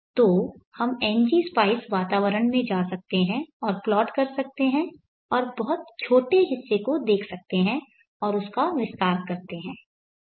तो हम ngspice वातावरण में जा सकते हैं और प्लॉट कर सकते हैं और बहुत छोटे हिस्से को देख सकते हैं और उसका विस्तार करते हैं